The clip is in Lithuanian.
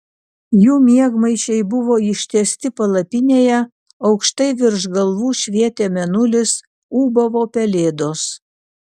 jų miegmaišiai buvo ištiesti palapinėje aukštai virš galvų švietė mėnulis ūbavo pelėdos